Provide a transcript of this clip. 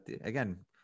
again